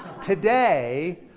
today